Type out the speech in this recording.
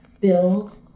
build